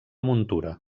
muntura